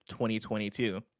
2022